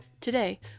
Today